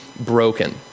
broken